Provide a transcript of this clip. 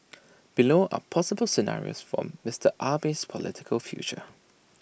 below are possible scenarios for Mister Abe's political future